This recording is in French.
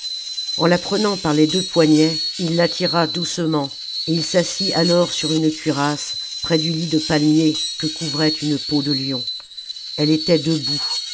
en la prenant par les deux poignets il l'attira doucement et il s'assit alors sur une cuirasse près du lit de palmier que couvrait une peau de lion elle était debout